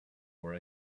for